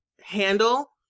handle